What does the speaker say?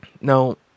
now